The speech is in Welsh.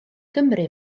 gymru